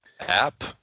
app